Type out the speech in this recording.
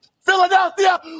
Philadelphia